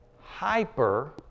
Hyper